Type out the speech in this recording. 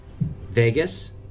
Vegas